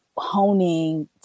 honing